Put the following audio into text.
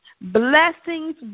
blessings